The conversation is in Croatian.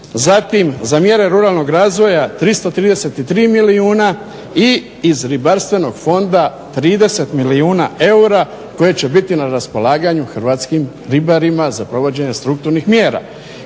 zatim za mjere ruralnog razvoja 333 milijuna i iz ribarstvenog fonda 30 milijuna eura koja će biti na raspolaganju hrvatskim ribarima za provođenje strukturnih mjera.